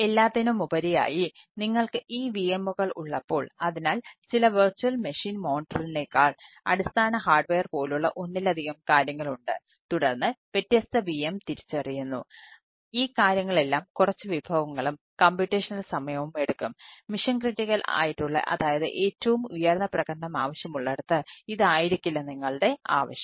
എല്ലാത്തിനുമുപരി നിങ്ങൾക്ക് ഈ VMകൾ ഉള്ളപ്പോൾ അതിനാൽ ചില വിർച്വൽ മെഷീൻ മോണിറ്ററിനേക്കാൾ ആയിട്ടുള്ള അതായത് ഏറ്റവും ഉയർന്ന പ്രകടനം ആവശ്യമുള്ളിടത്ത് ഇതായിരിക്കില്ല നിങ്ങളുടെ ആവശ്യം